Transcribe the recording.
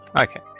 Okay